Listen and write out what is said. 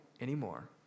anymore